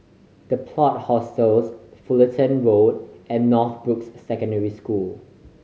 The Plot Hostels Fulton Road and Northbrooks Secondary School